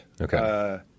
Okay